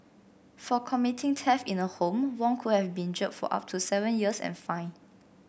for committing theft in a home Wong could have been jailed for up to seven years and fined